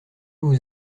vous